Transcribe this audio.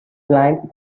blind